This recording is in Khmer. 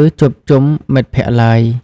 ឬជួបជុំមិត្តភក្តិឡើយ។